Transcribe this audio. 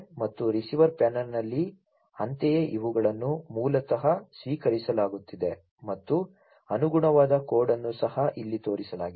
ಮತ್ತು ರಿಸೀವರ್ ಪ್ಯಾನೆಲ್ನಲ್ಲಿ ಅಂತೆಯೇ ಇವುಗಳನ್ನು ಮೂಲತಃ ಸ್ವೀಕರಿಸಲಾಗುತ್ತಿದೆ ಮತ್ತು ಅನುಗುಣವಾದ ಕೋಡ್ ಅನ್ನು ಸಹ ಇಲ್ಲಿ ತೋರಿಸಲಾಗಿದೆ